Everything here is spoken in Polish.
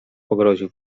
pogroził